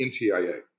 NTIA